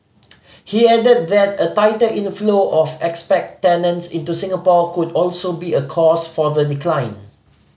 he added that a tighter inflow of expat tenants into Singapore could also be a cause for the decline